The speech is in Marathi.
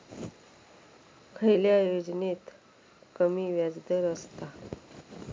खयल्या योजनेत कमी व्याजदर असता?